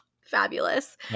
Fabulous